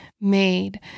made